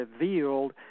revealed